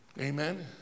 Amen